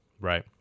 right